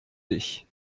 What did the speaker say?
dich